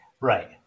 Right